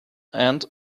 and